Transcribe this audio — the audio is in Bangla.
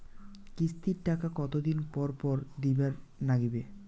কিস্তির টাকা কতোদিন পর পর দিবার নাগিবে?